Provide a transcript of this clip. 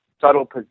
subtle